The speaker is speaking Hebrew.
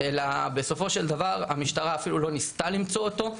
אלא בסופו של דבר המשטרה אפילו לא ניסתה למצוא אותו,